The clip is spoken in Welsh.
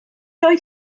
oedd